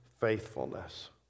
faithfulness